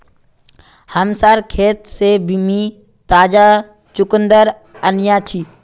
हमसार खेत से मी ताजा चुकंदर अन्याछि